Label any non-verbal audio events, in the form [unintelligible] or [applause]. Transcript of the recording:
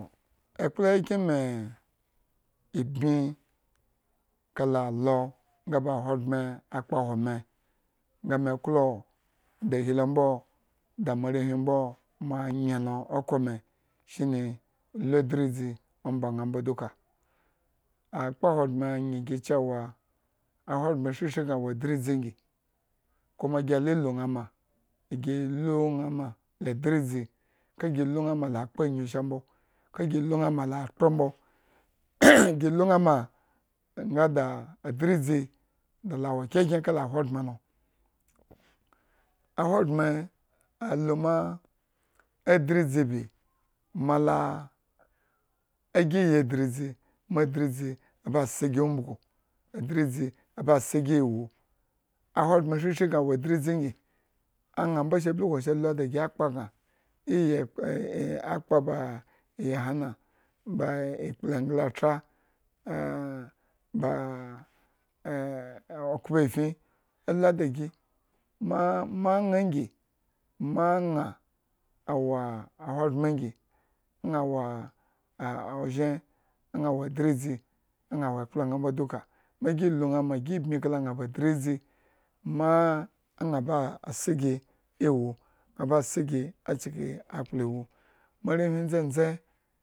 Ekplo kyekyin me iibmi kala alo nga ba ahogbren akpohwo m nga nme klo da ahi amboda moarewhi mbo ma nye lo okhro me shine me lu adridzi omba ñaa mbo duka akpa ahogbren nye gi de cewa ahogbren shri shri bma ambo awo adridzi ngi kuma gi a la lu ña ma gi lu ña ma la adridzi ka gi lu ña ma akpanyu sha mbo ka [unintelligible] [noise] gi lu ñala akpro mbo gi lu ña ma nga ba adridzi da la kyenkyen la ahogbren, ahogbren alu mea adridzi bi mala agi yi adridzi ma adridziba se gi umbugu adridzi ba se gi ewu ahogbren shrishri bma awo adridzi ngi aña mbosukun abla lu da gi akpa bma iyi [hesitation] ahakpa ba ayohana ba ikplu engla atra [hesitation] okhpofyi alu da ga ma, ma aña wo adridzi aña ngi maa ña awo ahogbrenngi ña wa [hesitation] ozhen, ña wo adridzi aña awo ekplañaa mbo duka magi lu nã ma gi bmi kalaña ba dridzi mma aña ba ase gi ewu ña se cikin akpla ewu [unintelligible]